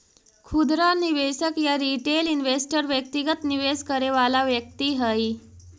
खुदरा निवेशक या रिटेल इन्वेस्टर व्यक्तिगत निवेश करे वाला व्यक्ति हइ